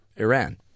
Iran